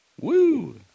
Woo